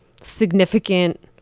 significant